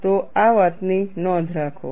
તો આ વાતની નોંધ રાખો